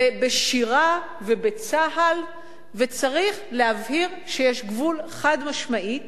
ובשירה ובצה"ל, וצריך להבהיר שיש גבול, חד-משמעית,